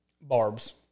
Barb's